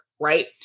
right